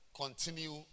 continue